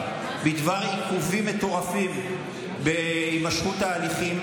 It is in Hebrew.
בדבר עיכובים מטורפים בהימשכות ההליכים,